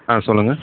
ஆ சொல்லுங்கள்